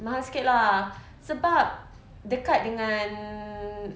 mahal sikit lah sebab dekat dengan